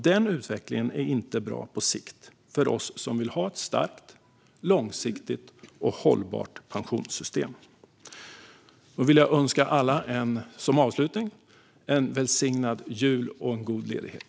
Den utvecklingen är inte bra på sikt för oss som vill ha ett starkt, långsiktigt och hållbart pensionssystem Som avslutning vill jag önska alla en välsignad jul och en god ledighet.